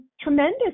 tremendous